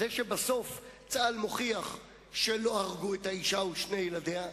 זה שבסוף צה"ל מוכיח שלא הרגו את האשה ושני ילדיה,